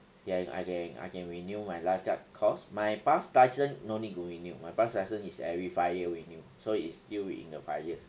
can I can I can renew my lifeguard course my bus license no need to renew my bus license is every five year renew so it's still within the five years